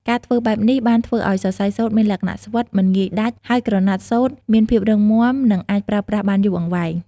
ការធ្វើបែបនេះ បានធ្វើឱ្យសរសៃសូត្រមានលក្ខណៈស្វិត មិនងាយដាច់ ហើយក្រណាត់សូត្រមានភាពរឹងមាំនិងអាចប្រើប្រាស់បានយូរអង្វែង។